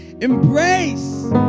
embrace